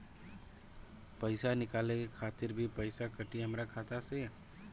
पईसा निकाले खातिर भी पईसा कटी हमरा खाता से?